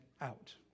out